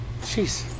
Jeez